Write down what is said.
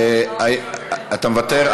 אתה מוותר?